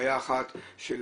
בעיה אחת של